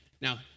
now